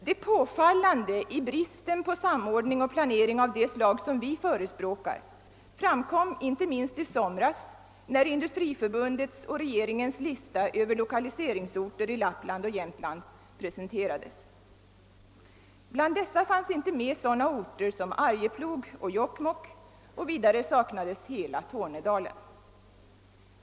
Det påfallande i bristen på samordning och planering av det slag som vi förespråkar framkom inte minst i somras när Industriförbundets och regeringens lista över lokaliseringsorter i Lappland och Jämtland presenterades. Bland dem fanns inte med orter som Arjeplog och Jokkmokk och vidare saknas hela Tornedalen.